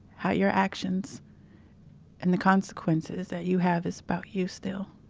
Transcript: how your actions and the consequences that you have is about you still.